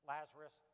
Lazarus